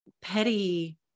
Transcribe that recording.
petty